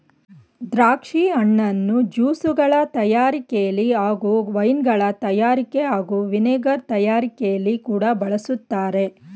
ದ್ರಾಕ್ಷಿ ಹಣ್ಣನ್ನು ಜ್ಯೂಸ್ಗಳ ತಯಾರಿಕೆಲಿ ಹಾಗೂ ವೈನ್ಗಳ ತಯಾರಿಕೆ ಹಾಗೂ ವಿನೆಗರ್ ತಯಾರಿಕೆಲಿ ಕೂಡ ಬಳಸ್ತಾರೆ